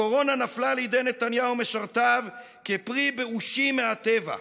הקורונה נפלה לידי נתניהו ומשרתיו כפרי באושים מהטבע.